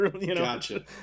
Gotcha